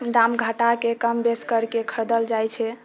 दाम घटाके कम बेस करके खरीदल जाइ छै